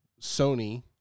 Sony